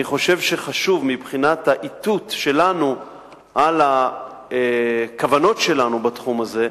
אני חושב שזה חשוב מבחינת האיתות על הכוונות שלנו בתחום הזה,